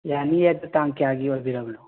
ꯌꯥꯅꯤꯌꯦ ꯑꯗꯣ ꯇꯥꯡ ꯀꯌꯥꯒꯤ ꯑꯣꯏꯕꯤꯔꯕꯅꯣ